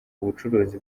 ubucuruzi